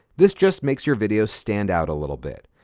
this just makes your video stand out a little bit.